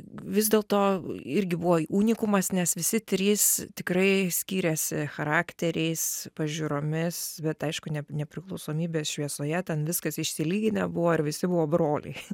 vis dėlto irgi buvo unikumas nes visi trys tikrai skyrėsi charakteriais pažiūromis bet aišku ne nepriklausomybės šviesoje ten viskas išsilyginę buvo ir visi buvo broliai